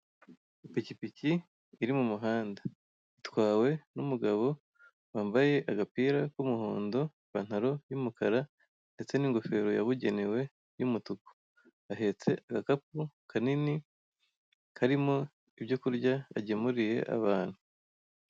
Ipiki piki iri mumuhanda itwawe n'umugabo wambaye agapira kumuhondo, ipantaro y'umukara ndetse n'ingofero yabugenewe y'umutuku. ahetse agakapu kanini karimo ibyo kurya agemuriye abantu.